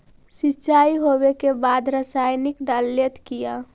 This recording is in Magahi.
सीचाई हो बे के बाद रसायनिक डालयत किया?